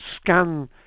scan